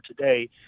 today